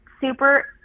super